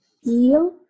heal